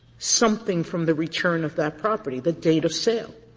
something from the return of that property, the date of sale?